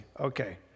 Okay